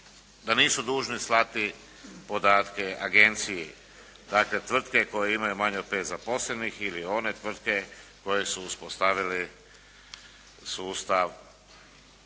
da nisu dužni slati podatke Agenciji. Dakle, tvrtke koje imaju manje od pet zaposlenih ili one tvrtke koje su uspostavili sustav